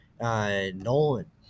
Nolan